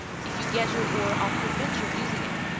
if you get your oar, i'll prevent your using it.